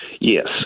Yes